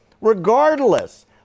Regardless